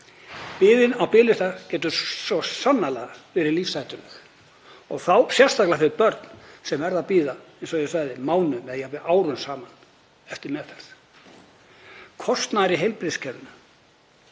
Biðin á biðlista getur svo sannarlega verið lífshættuleg og þá sérstaklega fyrir börn sem verða að bíða, eins og ég sagði, mánuðum eða jafnvel árum saman eftir meðferð. Kostnaður í heilbrigðiskerfinu;